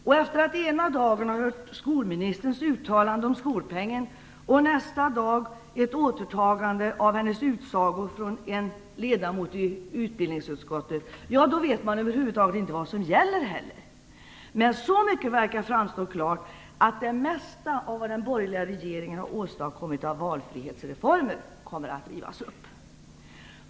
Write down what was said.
Och efter att ena dagen ha hört skolministerns uttalande om skolpengen och nästa dag ett återtagande av hennes utsago från en ledamot i utbildningsutskottet, vet man över huvud taget inte vad som gäller. Men så mycket framstår klart att det mesta av vad den borgerliga regeringen har åstadkommit av valfrihetsreformer kommer att rivas upp.